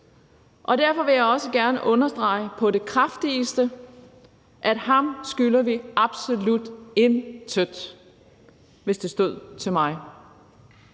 Derfor vil jeg også gerne understrege på det kraftigste, at ham skylder vi absolut intet, hvis det står til mig.